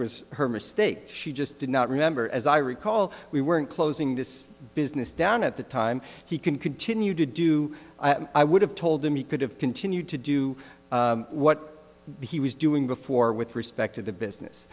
was her mistake she just did not remember as i recall we weren't closing this business down at the time he can continue to do i would have told him he could have continued to do what he was doing before with respect to the business